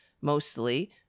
mostly